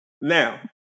Now